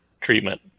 treatment